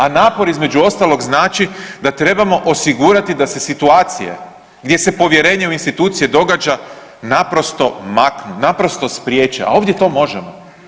A napor između ostalog znači da trebamo osigurati da se situacije gdje se povjerenje u institucije događa naprosto maknu, naprosto spriječe, a ovdje to možemo.